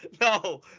no